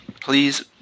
Please